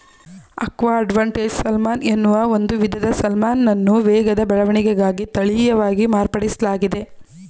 aqua advantage salmon ಎನ್ನುವ ಒಂದು ವಿಧದ ಸಾಲ್ಮನನ್ನು ವೇಗದ ಬೆಳವಣಿಗೆಗಾಗಿ ತಳೀಯವಾಗಿ ಮಾರ್ಪಡಿಸ್ಲಾಗಿದೆ